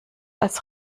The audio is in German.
als